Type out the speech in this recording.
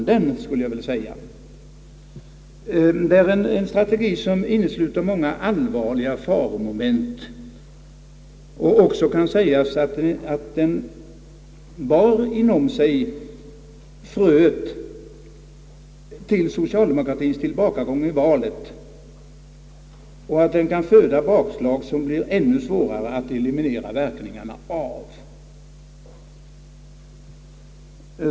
Det är en strategi som innesluter många allvarliga faromoment. Det kan också sägas att den inom sig bar fröet till socialdemokratiens tillbakagång i valet och att den kan föda bakslag, vilkas verkningar det kan bli ännu svårare att eliminera.